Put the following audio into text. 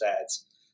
ads